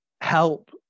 help